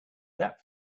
that